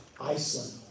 Iceland